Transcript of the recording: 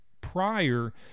prior